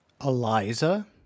Eliza